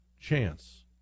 chance